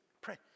Pray